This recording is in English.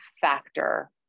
factor